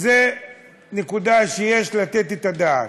זו נקודה שיש לתת עליה את הדעת.